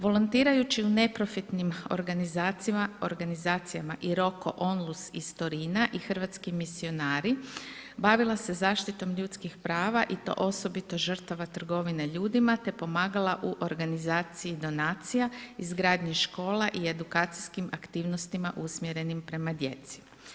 Volontirajući u neprofitnim organizacijama, organizacijama i … iz Torina i Hrvatski misionari, bavila se zaštitom ljudskih prava i to osobito žrtava trgovine ljudima te pomagala u organizaciji donacija, izgradnji škola i edukacijskim aktivnostima usmjerenim prema djeci.